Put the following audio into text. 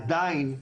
עדיין,